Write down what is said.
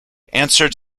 answered